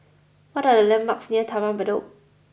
what are the landmarks near Taman Bedok